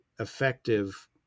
effective